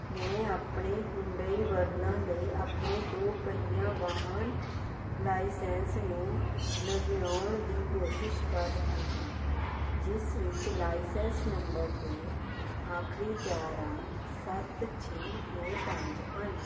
ਮੈਂ ਆਪਣੇ Hyundai Verna ਲਈ ਆਪਣੇ ਦੋ ਪਹੀਆ ਵਾਹਨ ਲਾਇਸੈਂਸ ਨੂੰ ਨਵਿਆਉਣ ਦੀ ਕੋਸ਼ਿਸ਼ ਕਰ ਰਿਹਾ ਹਾਂ ਜਿਸ ਵਿੱਚ ਲਾਇਸੈਂਸ ਨੰਬਰ ਦੇ ਆਖਰੀ ਚਾਰ ਅੰਕ ਸੱਤ ਛੇ ਦੋ ਪੰਜ ਹਨ